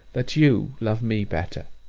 that you love me better.